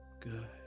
Good